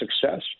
success